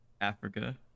Africa